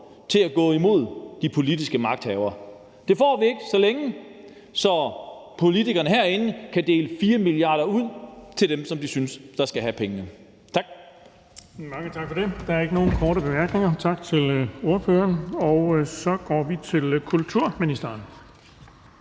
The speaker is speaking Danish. til at gå imod de politiske magthavere. Det får vi ikke, så længe politikerne herinde kan dele 4 mia. kr. ud til dem, som de synes skal have pengene. Tak.